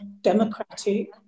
democratic